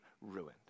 ruined